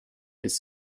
bis